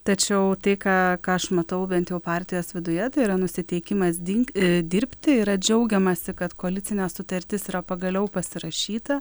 tačiau tai ką ką aš matau bent jau partijos viduje tai yra nusiteikimas dink dirbti yra džiaugiamasi kad koalicinė sutartis yra pagaliau pasirašyta